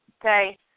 okay